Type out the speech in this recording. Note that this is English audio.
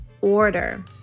order